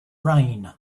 rain